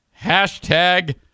Hashtag